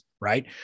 right